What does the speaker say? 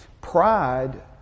Pride